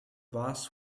bus